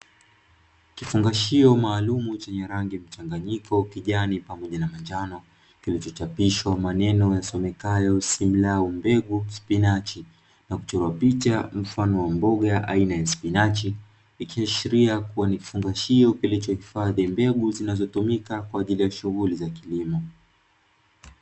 Kifungashio maalumu chenye rangi mchanganyiko kijani pamoja na manjano kilichochapishwa maneno yasomekayo simlau mbegu spinachi na kuchora picha mfano wa mboga aina ya spinachi ikiashiria kuwa ni kifungashio kilichohifadhi mbegu zinazotumika kwa ajili ya shughuli za kilimo.